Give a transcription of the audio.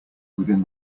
within